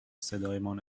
صدایمان